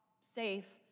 safe